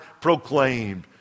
Proclaimed